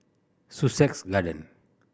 Sussex Garden